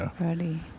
Ready